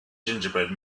gingerbread